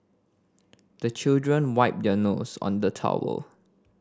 the children wipe their nose on the towel